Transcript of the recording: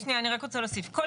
סגר את הפינה הזאת,